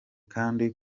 kandi